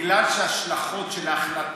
זה בגלל שההשלכות של ההחלטה,